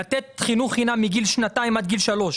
לתת חינוך חינם מגיל שנתיים עד גיל שלוש.